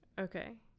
Okay